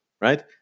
right